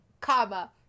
comma